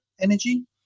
energy